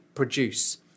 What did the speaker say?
produce